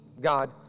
God